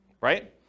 right